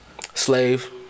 Slave